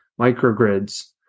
microgrids